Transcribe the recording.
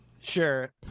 Sure